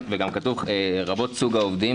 וגם כתוב "לרבות סוג העובדים".